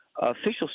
Officials